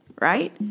right